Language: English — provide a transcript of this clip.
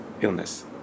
illness